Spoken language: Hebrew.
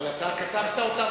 אבל אתה כתבת אותה.